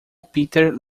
peter